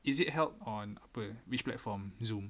is it held on apa which platform zoom